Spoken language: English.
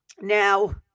now